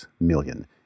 million